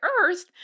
earth